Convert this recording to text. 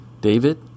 david